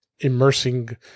immersing